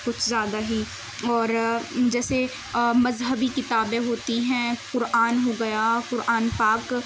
کچھ زیادہ ہی اور جیسے مذہبی کتابیں ہوتی ہیں قرآن ہو گیا قرآن پاک